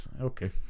okay